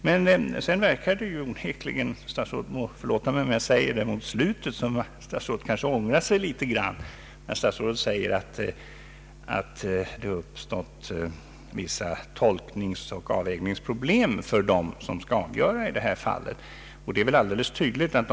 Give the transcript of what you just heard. Men sedan verkar det onekligen — statsrådet må förlåta mig om jag säger det — mot slutet i interpellationssvaret som om statsrådet ångrar sig litet grand. Statsrådet säger där att det har uppstått ”vissa tolkningsoch avvägningsproblem” för dem som skall avgöra affärstidslagens tillämpning.